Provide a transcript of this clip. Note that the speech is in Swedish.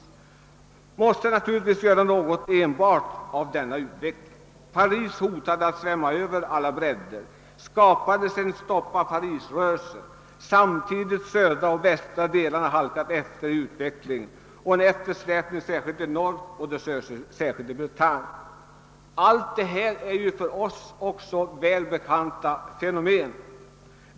Man måste naturligtvis göra något åt denna utveckling. Paris hotade att svämma Över alla bräddar, och det skapades en »Stoppa Paris-rörelse». Samtidigt hade de södra och västra delarna av landet halkat efter i utvecklingen, och det förekom en eftersläpning .särskilt i norr och i Bretagne. Allt det ta är för oss välkända fenomen.